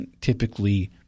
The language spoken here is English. typically –